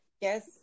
yes